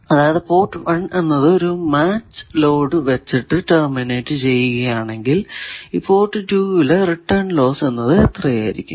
അതായത് പോർട്ട് 1 എന്നത് ഒരു മാച്ച് ലോഡ് വച്ച് ടെർമിനേറ്റ് ചെയ്യുകയാണെങ്കിൽ ഈ പോർട്ട് 2 യിലെ റിട്ടേൺ ലോസ് എന്നത് എത്രയായിരിക്കും